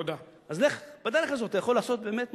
אז לך בדרך הזאת, אתה יכול לעשות באמת מהפכה.